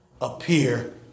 appear